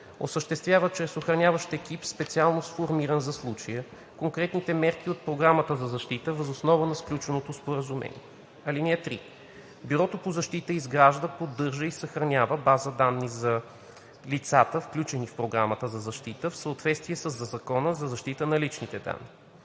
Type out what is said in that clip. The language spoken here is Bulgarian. осъществява чрез охраняващ екип, специално сформиран за случая, конкретните мерки от Програмата за защита въз основа на сключеното споразумение. (3) Бюрото по защита изгражда, поддържа и съхранява база данни за лицата, включени в Програмата за защита, в съответствие със Закона за защита на личните данни.